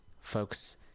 folks